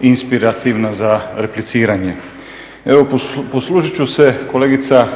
inspirativna za repliciranje. Evo poslužit ću se, kolegica